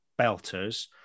Belters